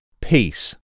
peace